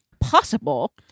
possible